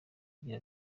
agira